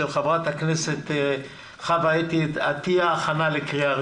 של חברת הכנסת חוה אתי עטייה,